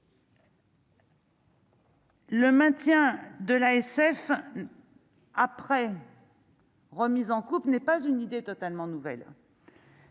Le maintien de l'ASF après. Remise en coupe n'est pas une idée totalement nouvelle,